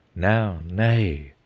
now nay,